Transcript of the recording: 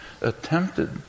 attempted